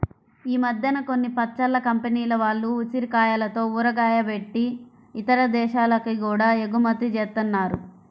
ఈ మద్దెన కొన్ని పచ్చళ్ళ కంపెనీల వాళ్ళు ఉసిరికాయలతో ఊరగాయ బెట్టి ఇతర దేశాలకి గూడా ఎగుమతి జేత్తన్నారు